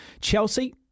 Chelsea